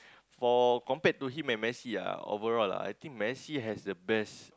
for compared to him and Messi ah overall ah I think Messi has the best